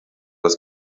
das